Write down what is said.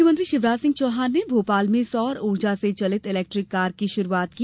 मुख्यमंत्री शिवराज सिंह चौहान ने भोपाल में सौर ऊर्जा से चलित इलेक्ट्रिक कार की शुरूआत की